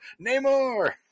Namor